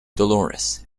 dolores